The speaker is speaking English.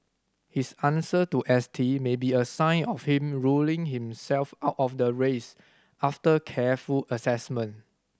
his answer to S T may be a sign of him ruling himself out of the race after careful assessment